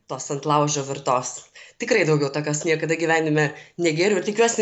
tos ant laužo virtos tikrai daugiau tokios niekada gyvenime negėriau ir tikiuosi